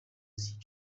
z’iki